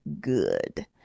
good